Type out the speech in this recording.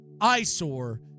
eyesore